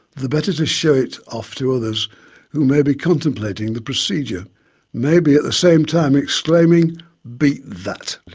the better to show it off to others who may be contemplating the procedure maybe at the same time exclaiming beat that.